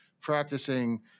practicing